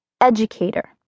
Educator